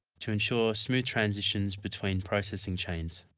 to ensure smooth transitions between processing chains.